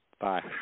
Bye